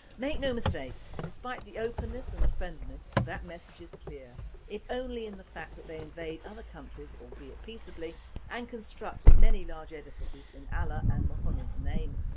make no mistake, despite the openness and friendliness, that message is clear if only in the fact that they invade other countries albeit peaceably and construct many large edifices in allah and muhammadis name.